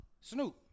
Snoop